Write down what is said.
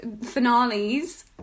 finales